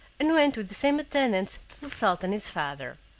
and went with the same attendants to the sultan his father.